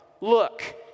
look